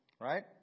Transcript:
right